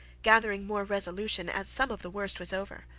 gathering more resolution, as some of the worst was over,